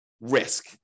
risk